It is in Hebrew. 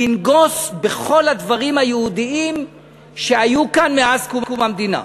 לנגוס בכל הדברים היהודיים שהיו כאן מאז קום המדינה.